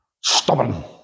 stubborn